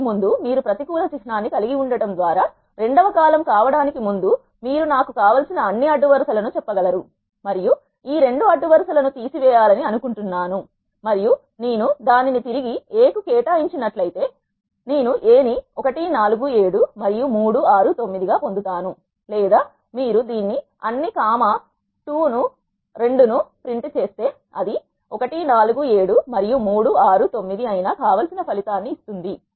దీనికి ముందు మీరు ప్రతికూల చిహ్నాన్ని కలిగి ఉండ టం ద్వారా రెండవ కాలమ్ కావడానికి ముందు మీరు నాకు కావలసిన అన్ని అడ్డు వరుస లను చెప్ప గలరు మరియు నేను ఈ రెండవ నిలువు వరుస ను తీసివేయాలని అనుకుంటున్నాను మరియు నేను దానిని తిరిగి A కి కేటాయించినట్లు అయితే నేను A నీ 1 4 7 మరియు 3 6 9 గా పొందు తాను లేదా మీరు దీన్ని అన్ని కామ 2 ను ప్రింట్ చేస్తే అది 1 4 7 మరియు 3 6 9 అయిన కావలసిన ఫలితాన్నిస్తుంది